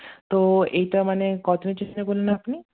তো এইটা মানে কত দিনের জন্য বললেন আপনি